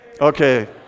Okay